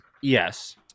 Yes